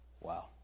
Wow